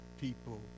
people